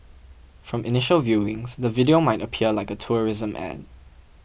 from initial viewings the video might appear like a tourism ad